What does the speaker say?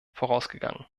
vorausgegangen